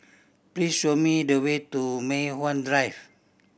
please show me the way to Mei Hwan Drive